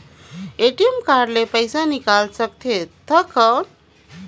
ATM card ले पइसा निकाल सकथे थव कौन?